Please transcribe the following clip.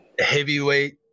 heavyweight